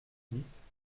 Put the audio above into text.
dix